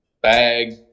bag